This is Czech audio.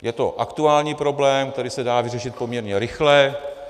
Je to aktuální problém, který se dá vyřešit poměrně rychle.